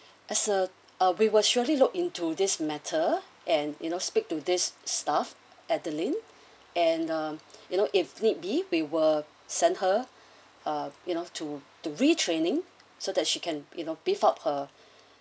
as a we will surely look into this matter and you know speak to this staff adeline and uh you know if need be we will send her ah you know to to retraining so that she can you know beef up her